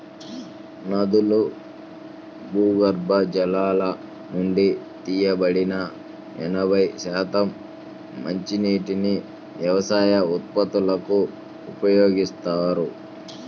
నదులు, భూగర్భ జలాల నుండి తీసివేయబడిన ఎనభై శాతం మంచినీటిని వ్యవసాయ ఉత్పత్తులకు ఉపయోగిస్తారు